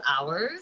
hours